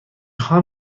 خواهم